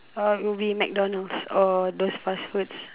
uh it would be McDonald's or those fast foods